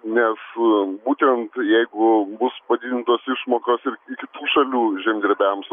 nes būtent jeigu bus padidintos išmokos ir kitų šalių žemdirbiams